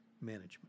management